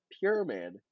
pyramid